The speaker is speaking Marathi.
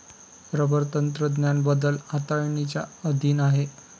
रबर तंत्रज्ञान बदल हाताळणीच्या अधीन आहे